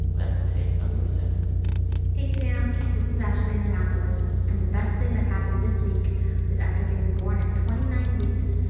let's take a listen hey, sam. this is ashley in annapolis. and the best thing that happened this week was after being born at twenty nine weeks,